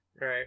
Right